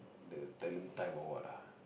the talent time or what ah